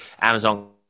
Amazon